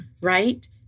right